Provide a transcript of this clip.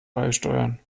beisteuern